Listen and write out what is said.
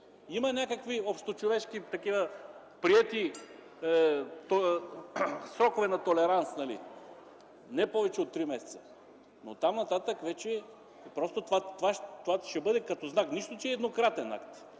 Има някакви общочовешки приети срокове на толеранс – не повече от три месеца. Но оттам нататък това ще бъде като знак. Нищо, че е еднократен акт,